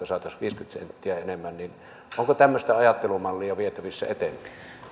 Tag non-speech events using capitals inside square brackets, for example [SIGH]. [UNINTELLIGIBLE] saataisiin viisikymmentä senttiä enemmän onko tämmöinen ajattelumalli vietävissä eteenpäin